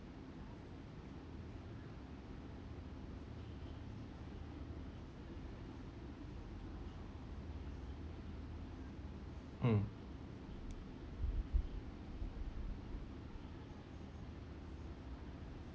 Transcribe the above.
mm